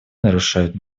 нарушают